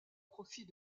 profit